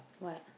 what